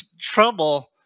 trouble